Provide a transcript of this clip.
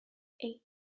eight